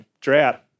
drought